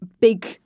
big